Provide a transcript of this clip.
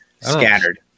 scattered